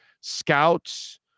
scouts